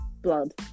Blood